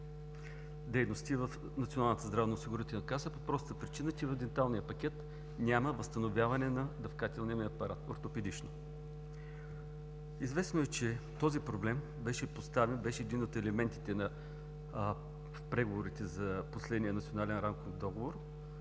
каса по простата причина, че в денталния пакет няма възстановяване на дъвкателния им апарат, ортопедично. Известно е, че този проблем беше един от елементите в преговорите за последния Национален рамков договор,